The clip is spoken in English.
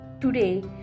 today